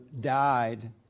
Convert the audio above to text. died